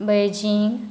Beijing